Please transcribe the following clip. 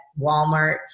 Walmart